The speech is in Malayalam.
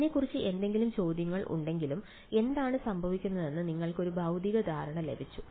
ഇതിനെക്കുറിച്ച് എന്തെങ്കിലും ചോദ്യങ്ങൾ ഉണ്ടെങ്കിലും എന്താണ് സംഭവിക്കുന്നതെന്ന് നിങ്ങൾക്ക് ഒരു ഭൌതിക ധാരണ ലഭിച്ചു